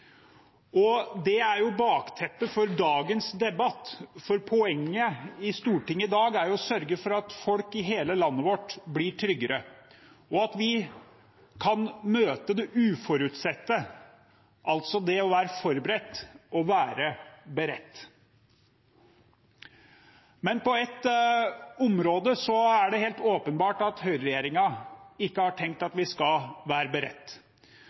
Det er bakteppet for dagens debatt, for poenget i Stortinget i dag er å sørge for at folk i hele landet vårt blir tryggere, og at vi kan møte det uforutsette – altså det å være forberedt og å være beredt. På ett område er det helt åpenbart at høyreregjeringen ikke har tenkt at vi skal være beredt,